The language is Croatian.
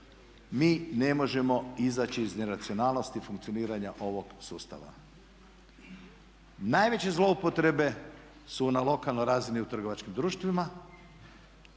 mi ne možemo izaći iz neracionalnosti funkcioniranja ovog sustava. Najveće zloupotrebe su na lokalnoj razini u trgovačkim društvima,